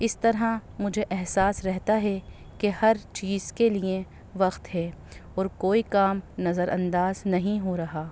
اس طرح مجھے احساس رہتا ہے کہ ہر چیز کے لیے وقت ہے اور کوئی کام نظرانداز نہیں ہو رہا